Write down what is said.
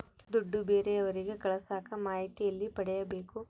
ದುಡ್ಡು ಬೇರೆಯವರಿಗೆ ಕಳಸಾಕ ಮಾಹಿತಿ ಎಲ್ಲಿ ಪಡೆಯಬೇಕು?